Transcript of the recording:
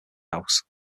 house